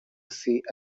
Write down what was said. see